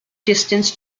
distance